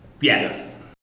Yes